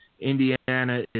Indiana